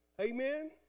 Amen